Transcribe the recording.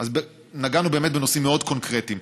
אז נגענו באמת בנושאים מאוד קונקרטיים.